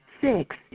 Six